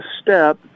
step